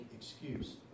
excuse